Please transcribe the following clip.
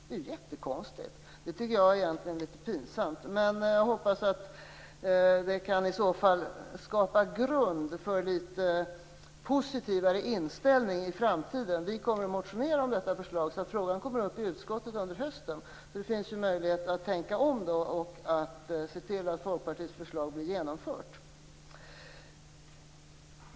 Det är jättekonstigt, och jag tycker egentligen att det är litet pinsamt. Men jag hoppas att det kan skapa grund för litet positivare inställning i framtiden. Vi kommer att motionera om detta förslag, så frågan kommer upp i utskottet under hösten. Då finns möjligheten att tänka om och se till att Folkpartiets förslag blir genomfört.